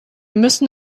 müssen